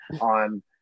on